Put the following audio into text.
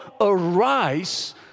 arise